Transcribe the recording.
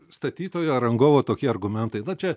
statytojo ar rangovo tokie argumentai na čia